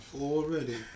already